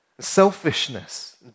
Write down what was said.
selfishness